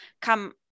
come